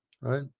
right